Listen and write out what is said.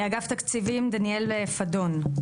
אגב תקציבים, דניאל פדון.